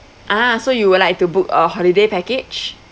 ah so you would like to book a holiday package